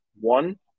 One